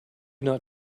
not